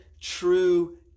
true